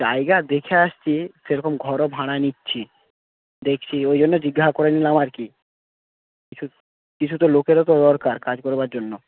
জায়গা দেখে এসেছি সেরকম ঘরও ভাড়া নিচ্ছি দেখছি ওই জন্য জিজ্ঞাসা করে নিলাম আর কি কিছু কিছু তো লোকেরও তো দরকার কাজ করবার জন্য